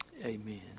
Amen